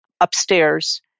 upstairs